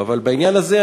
אבל בעניין הזה,